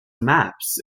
maps